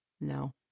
No